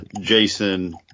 Jason